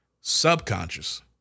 subconscious